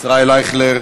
ישראל אייכלר,